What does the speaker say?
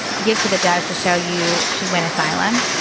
give to the judge to show you should win asylum.